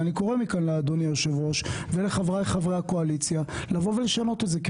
את זה אומר נציג מפלגה שראש המפלגה שלו שיקר לנשיא המדינה במצח נחושה,